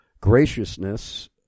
Graciousness